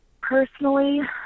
personally